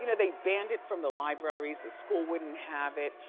you know they banned it from the libraries, the school wouldn't have it,